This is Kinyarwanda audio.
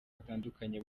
batandukanye